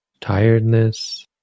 tiredness